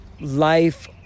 life